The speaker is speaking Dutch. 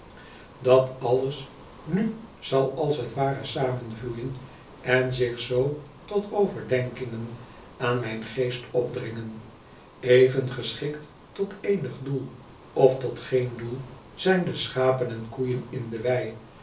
dat alles nu zal als t ware samenvloeien en zich zoo tot overdenkingen aan mijn geest opdringen even geschikt tot eenig doel of tot geen doel zijn de schapen en koeien in de wei